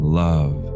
love